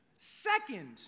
Second